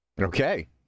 Okay